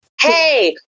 Hey